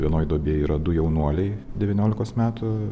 vienoj duobėj yra du jaunuoliai devyniolikos metų